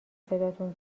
صداتون